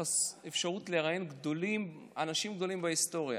אפשרות לראיין אנשים גדולים בהיסטוריה?